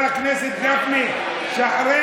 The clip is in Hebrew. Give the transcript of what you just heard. חבר